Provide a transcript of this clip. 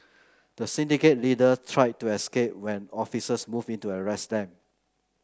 the syndicate leader tried to escape when officers moving to arrest them